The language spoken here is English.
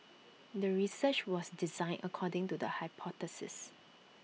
the research was designed according to the hypothesis